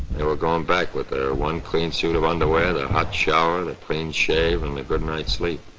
they were going back with their one clean suit of underwear, their hot shower, their clean shave, and their good night's sleep.